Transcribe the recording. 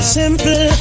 simple